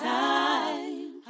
time